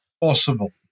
possible